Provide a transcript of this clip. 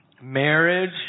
Marriage